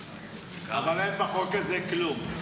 אבל אין בחוק הזה כלום.